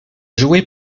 joué